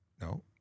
No